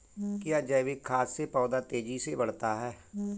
क्या जैविक खाद से पौधा तेजी से बढ़ता है?